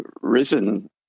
risen